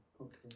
okay